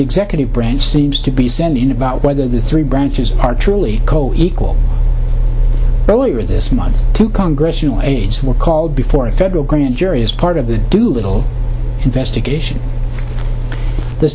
executive branch seems to be sending about whether the three branches are truly co equal earlier this month to congress you were called before a federal grand jury is part of the do little investigation the